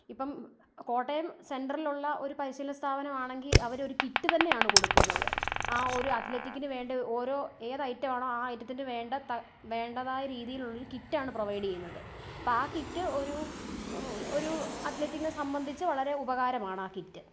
ഇപ്പം കോട്ടയം സെൻട്രലിലുള്ള ഒരു പരിശീലന സ്ഥാപനമാണെങ്കിൽ അവർ ഒരു കിറ്റ് തന്നെയാണ് കൊടുക്കുന്നത് ആ ഒരു അത്ലറ്റിക്കിനു വേണ്ട ഓരോ ഏത് ഐറ്റമാണോ ആ ഐറ്റത്തിനു വേണ്ട വേണ്ടതായ രീതിയിലുള്ള കിറ്റാണ് പ്രൊവൈഡ് ചെയ്യുന്നത് അപ്പം ആ കിറ്റ് ഒരു ഒരു അത്ലറ്റിനെ സംബന്ധിച്ച് വളരെ ഉപകാരമാണ് ആ കിറ്റ്